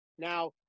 Now